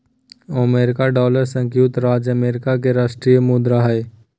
America dollar संयुक्त राज्य America के राष्ट्रीय मुद्रा हइ